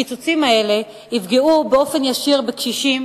הקיצוצים האלה יפגעו באופן ישיר בקשישים